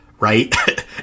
right